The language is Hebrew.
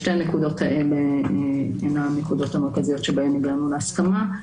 שתי הנקודות האלה הינן הנקודות המרכזיות שבהן הגענו להסכמה.